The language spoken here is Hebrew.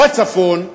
בצפון,